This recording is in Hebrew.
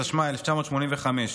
התשמ"ה 1985,